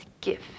gift